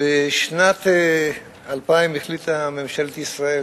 בשנת 2000 החליטה ממשלת ישראל,